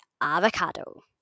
avocado